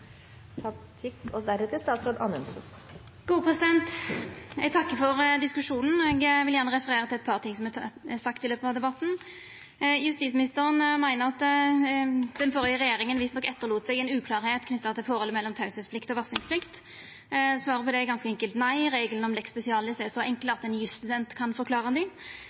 er sagde i løpet av debatten. Justisministeren meiner at den førre regjeringa visstnok etterlét seg ein uklarleik i forholdet mellom teieplikt og varslingsplikt. Svaret på det er ganske enkelt: Nei, reglane om lex specialis er så enkle at ein jusstudent kan forklare dei.